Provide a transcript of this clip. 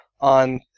on